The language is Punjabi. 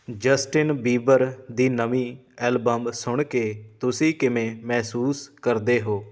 ਜਸਟਿਨ ਬੀਬਰ ਦੀ ਨਵੀਂ ਐਲਬੰਬ ਸੁਣ ਕੇ ਤੁਸੀਂ ਕਿਵੇਂ ਮਹਿਸੂਸ ਕਰਦੇ ਹੋ